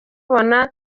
ubona